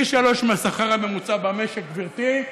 על פי שלושה מהשכר הממוצע במשק, גברתי,